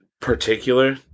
particular